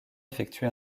effectué